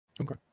Okay